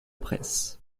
presse